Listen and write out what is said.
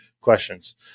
questions